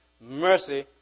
Mercy